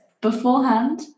beforehand